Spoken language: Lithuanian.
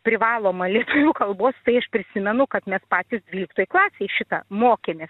privaloma lietuvių kalbos tai aš prisimenu kad mes patys dvyliktoj klasėj šitą mokėmės